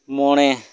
ᱢᱚᱬᱮ